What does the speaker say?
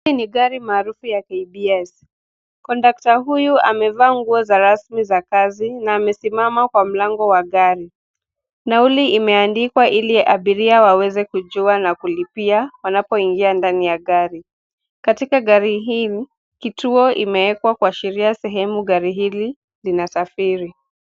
Hii ni gari maarufu ya KBS , kondukta huyu amevaa nguo za rasmi za kazi na amesimama kwa mlango wa gari, nauli imeandikwa ili abiria waweze kujua na kulipia wanapoingia ndani ya gari, katika gari hii, kituo imeekwa kuashiria sehemu gari hili, linasafiri.